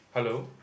hello